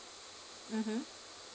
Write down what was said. mmhmm